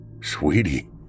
Sweetie